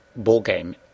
ballgame